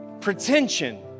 Pretension